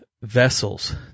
vessels